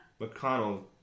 McConnell